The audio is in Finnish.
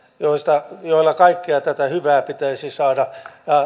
joilla kaikkea tätä hyvää pitäisi saada